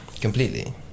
completely